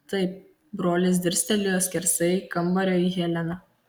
taip brolis dirstelėjo skersai kambario į heleną